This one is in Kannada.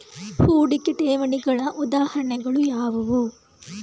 ಹೂಡಿಕೆ ಠೇವಣಿಗಳ ಉದಾಹರಣೆಗಳು ಯಾವುವು?